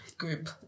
group